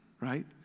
Right